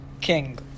king